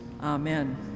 Amen